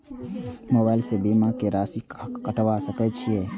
Mobile से बीमा के राशि कटवा सके छिऐ?